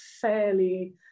fairly